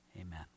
Amen